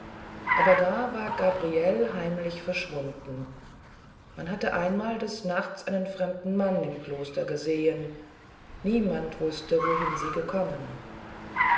aber da war gabriele heimlich verschwunden man hatte einmal des nachts einen fremden mann am kloster gesehn niemand wußte wohin sie gekommen